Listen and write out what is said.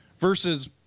versus